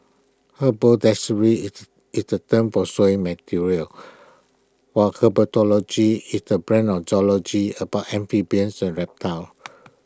haberdashery is is A term for sewing materials while herpetology is the branch of zoology about amphibians and reptiles